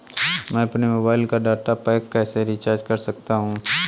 मैं अपने मोबाइल का डाटा पैक कैसे रीचार्ज कर सकता हूँ?